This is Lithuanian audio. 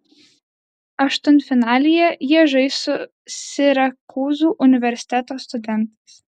aštuntfinalyje jie žais su sirakūzų universiteto studentais